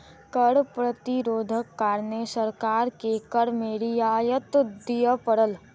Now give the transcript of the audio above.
कर प्रतिरोधक कारणें सरकार के कर में रियायत दिअ पड़ल